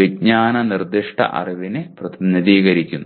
വിജ്ഞാന നിർദ്ദിഷ്ട അറിവിനെ പ്രതിനിധീകരിക്കുന്നു